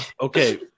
Okay